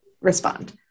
respond